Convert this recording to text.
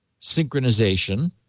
synchronization